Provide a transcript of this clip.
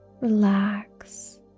relax